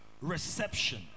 reception